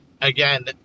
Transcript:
again